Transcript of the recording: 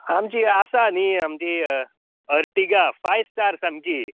आमची आसा न्ही आमची अर्टिगा फाय स्टार सामकी